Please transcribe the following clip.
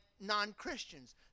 non-Christians